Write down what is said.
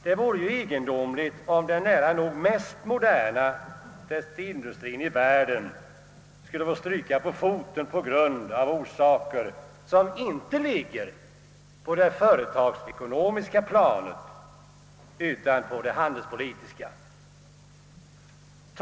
Det vore ju egendomligt om den nära nog mest moderna textilindustrien i världen skulle få stryka på foten av orsaker som inte ligger på det företagsekonomiska utan på det handelspolitiska planet.